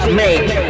make